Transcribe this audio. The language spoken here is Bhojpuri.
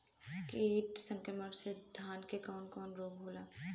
कीट संक्रमण से धान में कवन कवन रोग होला?